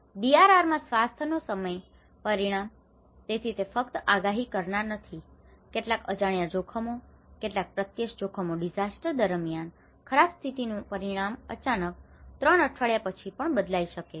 DRR માં સ્વાસ્થ્ય નો સમય પરિમાણ તેથી તે ફક્ત આગાહી કરનાર નથી કેટલાક અજાણ્યા જોખમો કેટલાક પ્રત્યક્ષ જોખમો ડિઝાસ્ટર દરમિયાન ખરાબ સ્થિતિનું પરિમાણ અચાનક 3 અઠવાડિયા પછી પણ બદલાઈ શકે છે